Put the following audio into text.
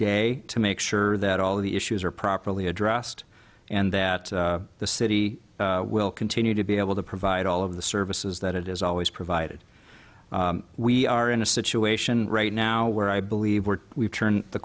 day to make sure that all the issues are properly addressed and that the city will continue to be able to provide all of the services that it has always provided we are in a situation right now where i believe we're we've turned the